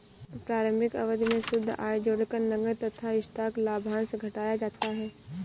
प्रारंभिक अवधि में शुद्ध आय जोड़कर नकद तथा स्टॉक लाभांश घटाया जाता है